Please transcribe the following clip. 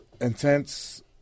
intense